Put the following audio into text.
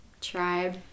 tribe